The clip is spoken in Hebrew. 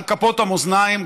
על כפות המאזניים,